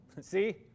See